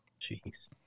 Jeez